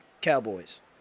Cowboys